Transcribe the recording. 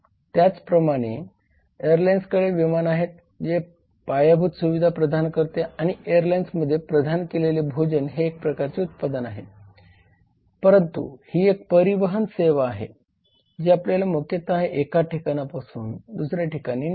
त्याचप्रमाणे एअरलाइन्सकडे विमान आहे जे पायाभूत सुविधा प्रदान करते किंवा एअरलाइन्समध्ये प्रदान केलेले भोजन हे एक प्रकारचे उत्पादन आहे परंतु ही एक परिवहन सेवा आहे जी आपल्याला मुख्यतः एका ठिकाणापासून दुसर्या ठिकाणी नेते